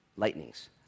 Lightnings